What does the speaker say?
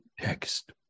text